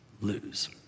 lose